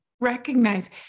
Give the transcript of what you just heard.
recognize